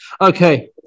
Okay